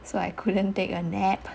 so I couldn't take a nap